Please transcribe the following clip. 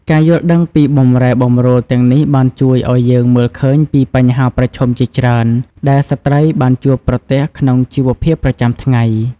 ការយល់ដឹងពីបម្រែបម្រួលទាំងនេះបានជួយឱ្យយើងមើលឃើញពីបញ្ហាប្រឈមជាច្រើនដែលស្ត្រីបានជួបប្រទះក្នុងជីវភាពប្រចាំថ្ងៃ។